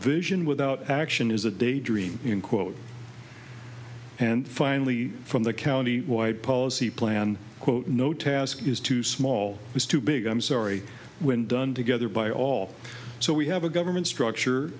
vision without action is a daydream in quote and finally from the county wide policy plan quote no task is too small is too big i'm sorry when done together by all so we have a government structure